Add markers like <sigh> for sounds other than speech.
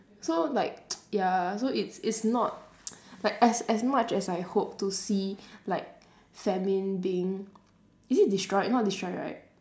so like <noise> ya so it's it's not <noise> like as as much as I hope to see like famine being is it destroyed not destroyed right